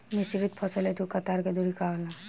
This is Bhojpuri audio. मिश्रित फसल हेतु कतार के दूरी का होला?